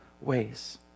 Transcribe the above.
ways